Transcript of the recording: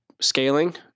scaling